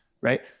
right